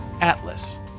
Atlas